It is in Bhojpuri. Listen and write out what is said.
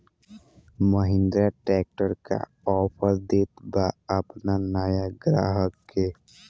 महिंद्रा ट्रैक्टर का ऑफर देत बा अपना नया ग्राहक के?